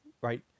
right